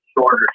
shorter